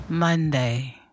Monday